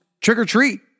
trick-or-treat